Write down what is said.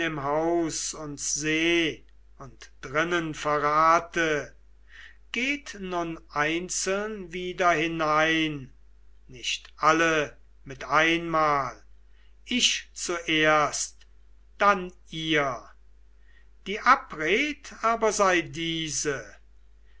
haus uns seh und drinnen verrate geht nun einzeln wieder hinein nicht alle mit einmal ich zuerst dann ihr die abred aber sei diese